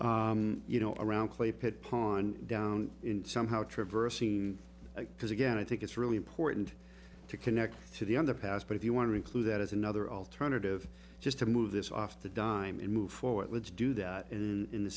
you know around clay pit pond down somehow traverse scene because again i think it's really important to connect to the underpass but if you want to include that as another alternative just to move this off the dime and move forward let's do that in